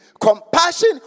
Compassion